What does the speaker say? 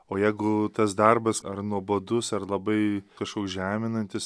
o jeigu tas darbas ar nuobodus ar labai kažkoks žeminantis